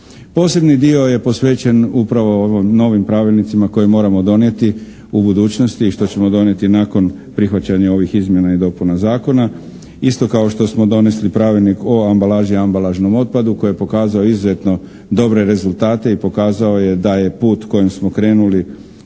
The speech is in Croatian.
Posebni dio je posvećen upravo ovom novim pravilnicima koje moramo donijeti u budućnosti, što ćemo donijeti nakon prihvaćanja ovih izmjena i dopuna zakona, isto kao što smo donesli Pravilnik o ambalaži i ambalažnom otpadu koji je pokazao izuzetno dobre rezultate i pokazao je da je put kojim smo krenuli